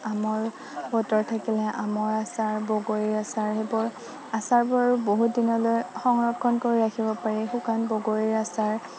আমৰ বতৰ থাকিলে আমৰ আচাৰ বগৰীৰ আচাৰ সেইবোৰ আচাৰবোৰ বহুত দিনলৈ সংৰক্ষণ কৰি ৰাখিব পাৰি শুকান বগৰীৰ আচাৰ